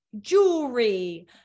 jewelry